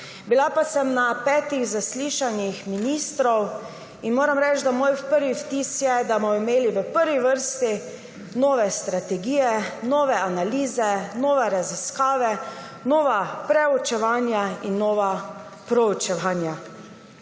Bila sem na petih zaslišanjih ministrov in moram reči, da je moj prvi vtis, da bomo imeli v prvi vrsti nove strategije, nove analize, nove raziskave, nova preučevanja in nova proučevanja.